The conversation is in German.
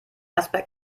aspekt